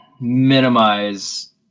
minimize